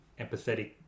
empathetic